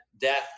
death